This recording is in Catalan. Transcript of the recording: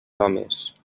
homes